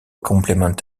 complement